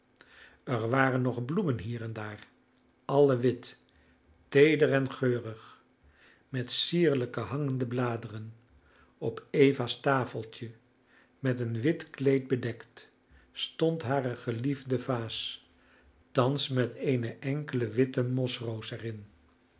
er waren nog bloemen hier en daar alle wit teeder en geurig met sierlijk hangende bladeren op eva's tafeltje met een wit kleed bedekt stond hare geliefde vaas thans met eene enkele witte mos roos er